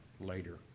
later